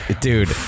dude